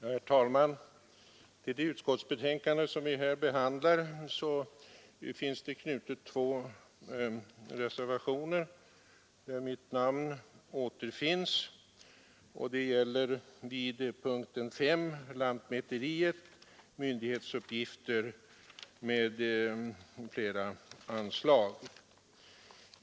Herr talman! Till det utskottsbetänkande som vi här behandlar har knutits två reservationer där mitt namn återfinns. Reservationen 1 gäller punkten 5, Lantmäteriet: Myndighetsuppgifter m.fl. anslag.